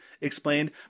explained